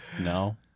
No